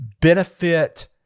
benefit